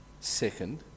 Second